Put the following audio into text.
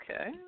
okay